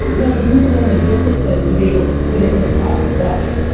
no, you need to learn to discipline, to be able to put it in the proper bucket.